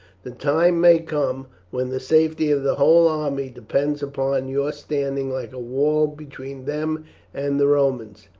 the time may come when the safety of the whole army depends upon your standing like a wall between them and the romans,